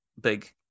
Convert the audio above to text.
big